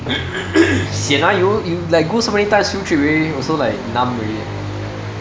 sian ah you you like go so many times field trip already also like numb already right